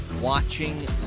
watching